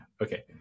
Okay